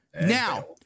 Now